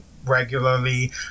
regularly